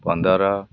ପନ୍ଦର